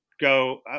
Go